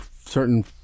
certain